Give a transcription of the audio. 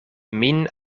min